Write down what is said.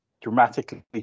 dramatically